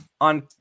On